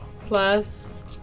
Plus